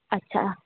अच्छा